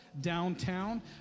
downtown